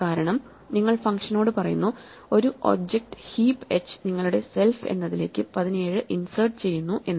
കാരണം നിങ്ങൾ ഫങ്ഷനോട് പറയുന്നുഒരു ഒരു ഒബ്ജക്റ്റ് ഹീപ്പ് h നിങ്ങളുടെ സെൽഫ് എന്നതിലേക്ക് 17 ഇൻസേർട്ട് ചെയ്യുന്നു എന്ന്